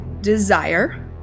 desire